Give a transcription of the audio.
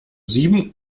sieben